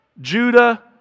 Judah